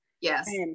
Yes